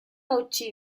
hautsi